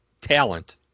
talent